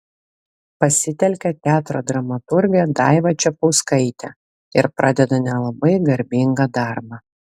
pasitelkia teatro dramaturgę daivą čepauskaitę ir pradeda nelabai garbingą darbą